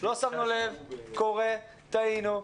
לא שמנו לב, קורה, טעינו.